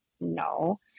No